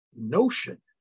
notion